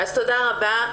תודה רבה.